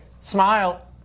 smile